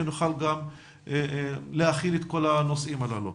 שנוכל גם להכיל את כל הנושאים הללו.